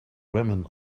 women